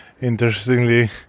interestingly